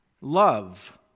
Love